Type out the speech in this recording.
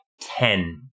ten